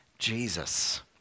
Jesus